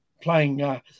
playing